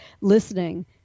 listening